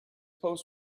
post